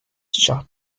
shot